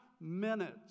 minutes